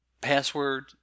password